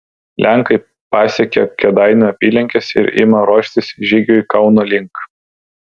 lenkai pasiekia kėdainių apylinkes ir ima ruoštis žygiui kauno link